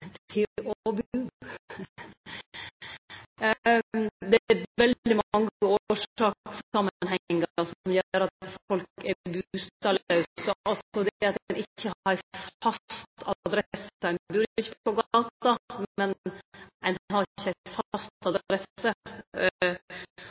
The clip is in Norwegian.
til å bu. Det er veldig mange årsakssamanhengar som gjer at folk er bustadlause, det at ein ikkje har ei fast adresse – ein bur ikkje på gata, men ein har ikkje